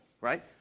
right